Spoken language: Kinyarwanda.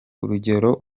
urugero